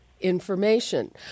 information